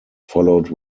followed